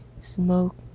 smoke